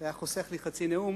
זה היה חוסך לי חצי נאום.